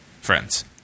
friends